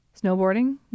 Snowboarding